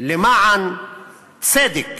למען צדק?